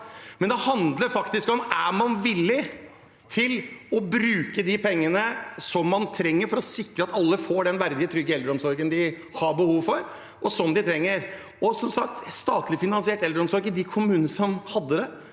men det handler faktisk om hvorvidt man er villig til å bruke de pengene man trenger for å sikre at alle får den verdige, trygge eldreomsorgen de har behov for og trenger. Som sagt ga statlig finansiert eldreomsorg i de kommunene som hadde det,